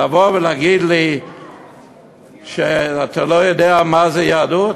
לבוא ולהגיד לי שאתה לא יודע מה זו יהדות?